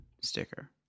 sticker